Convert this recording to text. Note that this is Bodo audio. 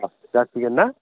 जासिगोन ना